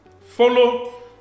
Follow